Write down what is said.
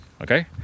okay